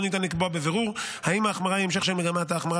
לא ניתן לקבוע בבירור אם ההחמרה היא המשך של מגמת ההחמרה